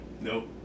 nope